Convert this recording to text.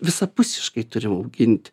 visapusiškai turim auginti